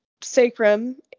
sacrum